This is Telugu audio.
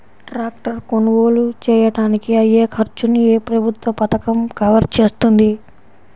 ట్రాక్టర్ కొనుగోలు చేయడానికి అయ్యే ఖర్చును ఏ ప్రభుత్వ పథకం కవర్ చేస్తుంది?